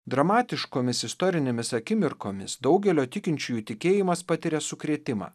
dramatiškomis istorinėmis akimirkomis daugelio tikinčiųjų tikėjimas patiria sukrėtimą